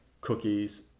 Cookies